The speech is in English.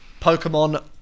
Pokemon